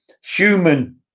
human